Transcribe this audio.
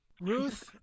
Ruth